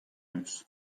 eus